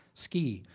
ski?